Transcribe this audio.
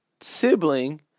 sibling